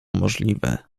możliwe